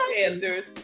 answers